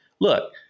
Look